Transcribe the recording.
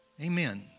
Amen